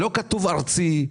לא כתוב "ארצי",